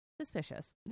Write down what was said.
Suspicious